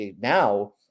now